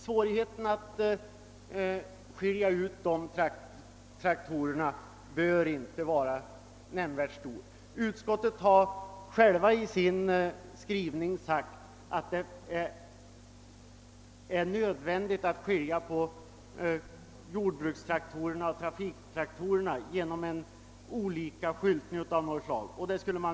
Svårigheten att skilja ut dessa traktorer bör inte vara nämnvärd. Utskottet har självt i sin skrivning sagt att det är nödvändigt att skilja på jordbrukstraktorerna och trafiktraktorerna genom olika skyltning.